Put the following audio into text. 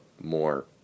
more